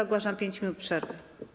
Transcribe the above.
Ogłaszam 5 minut przerwy.